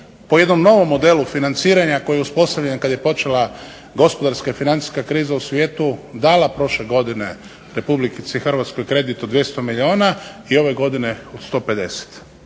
po jednom novom modelu financiranja koji je uspostavljen kad je počela gospodarska i financijska kriza u svijetu dala prošle godine Republici Hrvatskoj kredit od 200 milijuna i ove godine od 150.